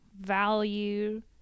value